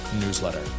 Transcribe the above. newsletter